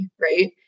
right